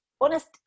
honest